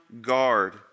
guard